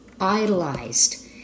idolized